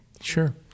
Sure